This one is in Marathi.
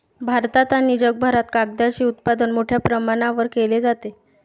भारतात आणि जगभरात कागदाचे उत्पादन मोठ्या प्रमाणावर केले जाते